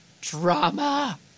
drama